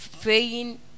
praying